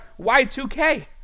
Y2K